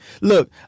Look